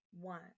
one